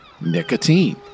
nicotine